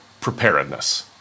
preparedness